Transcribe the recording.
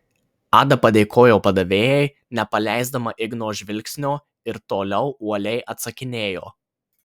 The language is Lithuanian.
ada padėkojo padavėjai nepaleisdama igno žvilgsnio ir toliau uoliai atsakinėjo